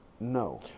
No